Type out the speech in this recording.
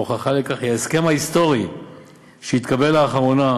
ההוכחה לכך היא ההסכם ההיסטורי שהתקבל לאחרונה,